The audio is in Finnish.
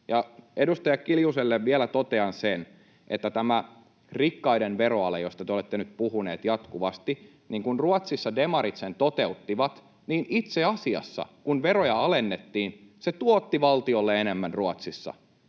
Edustaja Kiljuselle vielä totean sen, että tämä rikkaiden veroale, josta te olette nyt puhuneet jatkuvasti, kun Ruotsissa demarit sen toteuttivat, itse asiassa, kun veroja alennettiin, tuotti valtiolle enemmän Ruotsissa.